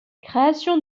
création